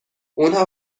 اونها